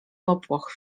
popłoch